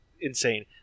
insane